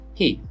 hey